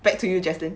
back to you jaslyn